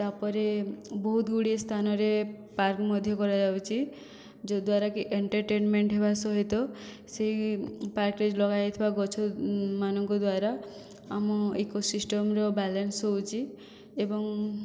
ତାପରେ ବହୁତ ଗୁଡ଼ିଏ ସ୍ଥାନରେ ପାର୍କ ମଧ୍ୟ କରାଯାଉଛି ଯଦ୍ଵାରା କି ଏଣ୍ଟେରଟେନମେଣ୍ଟ ହେବା ସହିତ ସେଇ ପାର୍କରେ ଲଗାଯାଇଥିବା ଗଛ ମାନଙ୍କ ଦ୍ୱାରା ଆମ ଇକୋସିଷ୍ଟମର ବାଲାନ୍ସ ହେଉଛି ଏବଂ